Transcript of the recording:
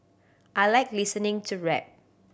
I like listening to rap